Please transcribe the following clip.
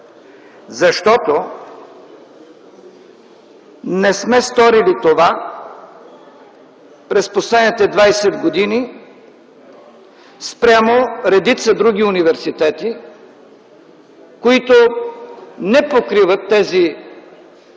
защото не сме сторили това през последните 20 години спрямо редица други университети, които не покриват тези